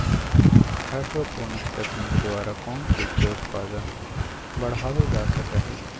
hydroponics तकनीक द्वारा कौन चीज के उत्पादन बढ़ावल जा सका हई